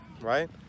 right